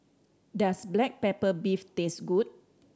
does black pepper beef taste good